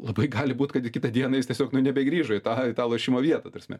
labai gali būt kad kitą dieną jis tiesiog nu nebegrįžo į tą tą lošimo vietą ta prasme